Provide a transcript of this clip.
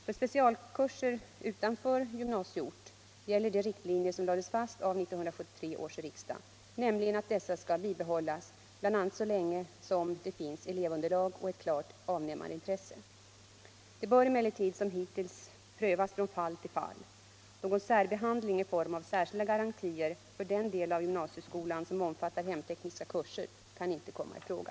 För specialkurser utanför gymnasieort gäller de riktlinjer som lades fast av 1973 års riksdag, nämligen att dessa skall bibehållas bl.a. så länge som det finns elevunderlag och ett klart avnämarintresse. Detta bör emellertid som hittills prövas från fall till fall. Någon särbehandling i form av särskilda garantier för den del av gymnasieskolan som omfattar hemtekniska kurser kan inte komma i fråga.